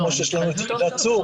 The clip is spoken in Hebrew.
כמו שיש לנו את יחידת צור,